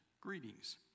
greetings